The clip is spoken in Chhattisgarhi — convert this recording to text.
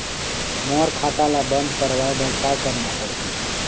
मोर खाता ला बंद करवाए बर का करना पड़ही?